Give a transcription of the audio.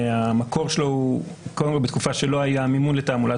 המקור שלו קודם כול בתקופה שלא היה מימון לתעמולת